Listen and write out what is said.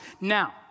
Now